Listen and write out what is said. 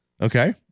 Okay